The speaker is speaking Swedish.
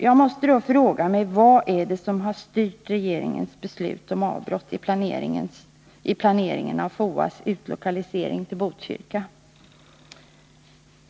Jag måste då fråga mig: Vad är det som har styrt regeringens beslut om avbrott i planeringen av FOA:s utlokalisering till Botkyrka?